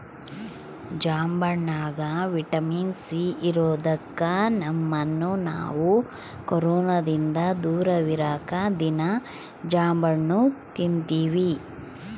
ಜಾಂಬಣ್ಣಗ vitamin C ಇರದೊಕ್ಕ ನಮ್ಮನ್ನು ನಾವು ಕೊರೊನದಿಂದ ದೂರವಿರಕ ದೀನಾ ಜಾಂಬಣ್ಣು ತಿನ್ತಿವಿ